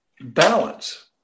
balance